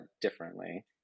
differently